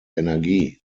energie